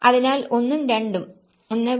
അതിനാൽ ഒന്നും രണ്ടും 1